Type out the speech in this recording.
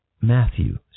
Matthew